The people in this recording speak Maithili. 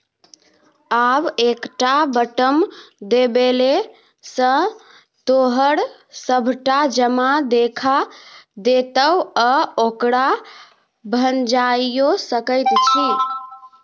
आब एकटा बटम देबेले सँ तोहर सभटा जमा देखा देतौ आ ओकरा भंजाइयो सकैत छी